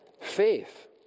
faith